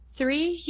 Three